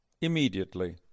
immediately